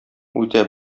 үтә